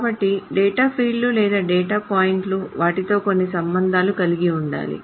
కాబట్టి డేటా ఫీల్డ్లు లేదా డేటా పాయింట్లు వాటితో కొన్ని సంబంధాలను కలిగి ఉండాలి